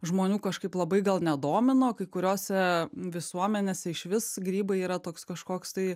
žmonių kažkaip labai gal nedomino kai kuriose visuomenėse išvis grybai yra toks kažkoks tai